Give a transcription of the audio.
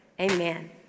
Amen